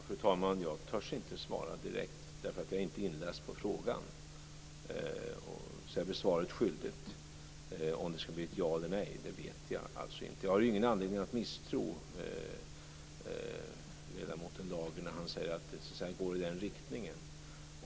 Fru talman! Jag törs inte svara direkt, därför att jag är inte inläst på frågan. Så jag blir svaret skyldigt. Om det blir ett ja eller ett nej vet jag alltså inte. Jag har ingen anledning att misstro ledamoten Lager när han säger att det går i den riktningen.